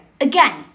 again